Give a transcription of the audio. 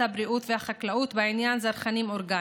הבריאות ומשרד החקלאות בעניין זרחנים אורגניים,